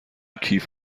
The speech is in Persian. کیف